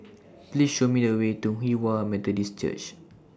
Please Show Me The Way to Hinghwa Methodist Church